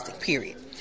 period